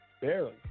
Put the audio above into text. Barely